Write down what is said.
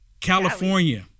California